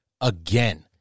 again